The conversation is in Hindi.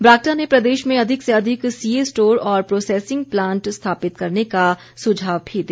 बरागटा ने प्रदेश में अधिक से अधिक सीए स्टोर और प्रोसेंसिंग प्लांट स्थापित करने का सुझाव भी दिया